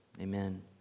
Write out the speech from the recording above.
amen